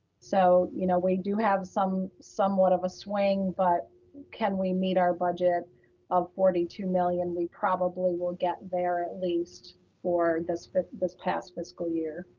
so, you know, we do have somewhat of a swing, but can we meet our budget of forty two million? we probably will get there at least for this for this past fiscal year.